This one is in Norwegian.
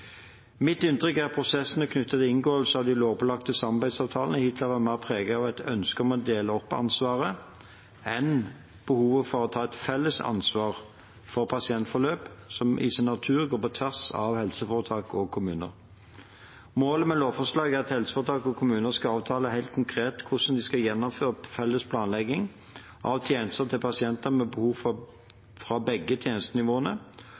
Mitt inntrykk er at prosessene knyttet til inngåelse av de lovpålagte samarbeidsavtalene hittil har vært mer preget av et ønske om å dele opp ansvaret enn av behovet for å ta et felles ansvar for et pasientforløp som i sin natur går på tvers av helseforetak og kommuner. Målet med lovforslaget er at helseforetak og kommuner skal avtale helt konkret hvordan de skal gjennomføre felles planlegging av tjenester til pasienter med behov for hjelp fra begge tjenestenivåene,